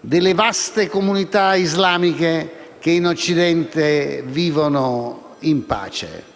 delle vaste comunità islamiche che in Occidente vivono in pace.